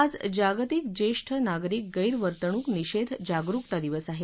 आज जागतिक ज्येष्ठ नागरिक गैरवर्तणूक निषेध जागरुकता दिवस आहे